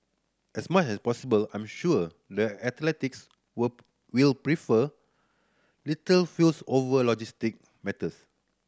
as much as possible I'm sure the athletes were will prefer little fuss over logistic matters